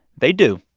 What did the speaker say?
they do.